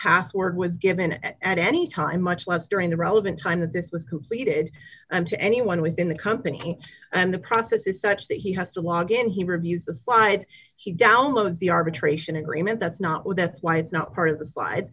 his word was given at any time much less during the relevant time that this was completed and to anyone within the company and the process is such that he has to walk in he reviews the slides he downloads the arbitration agreement that's not with that's why it's not part of the slide